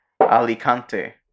Alicante